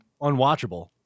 unwatchable